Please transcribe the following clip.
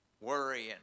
worrying